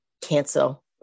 cancel